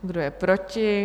Kdo je proti?